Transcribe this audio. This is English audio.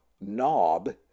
Knob